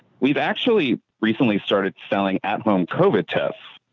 we've actually recently started selling at-home covid tests.